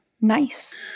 Nice